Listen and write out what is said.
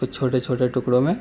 اس کو چھوٹے چھوٹے ٹکڑوں میں